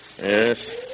Yes